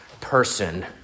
person